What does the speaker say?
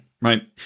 right